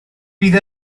bydd